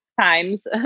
times